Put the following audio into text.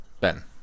Ben